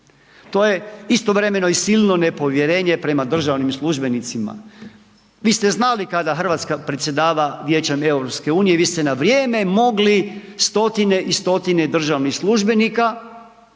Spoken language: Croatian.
To je istovremeno i silno nepovjerenje prema državnim službenicima. Vi ste znali kada Hrvatska predsjedava Vijećem EU i vi ste na vrijeme mogli stotine i stotine državnih službenika